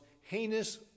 heinous